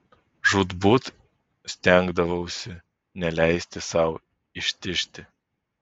žūtbūt stengdavausi neleisti sau ištižti